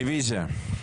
רביזיה.